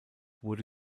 wurde